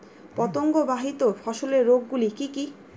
পতঙ্গবাহিত ফসলের রোগ গুলি কি কি?